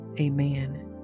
Amen